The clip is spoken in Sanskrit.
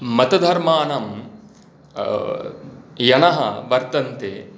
मतधर्माणां यनः वर्तन्ते